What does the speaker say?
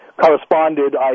corresponded